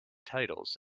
titles